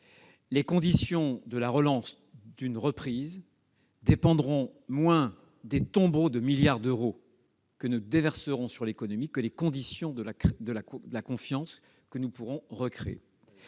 les conditions de la reprise dépendront moins des tombereaux de milliards d'euros que nous déverserons sur l'économie que de la confiance que nous pourrons recréer.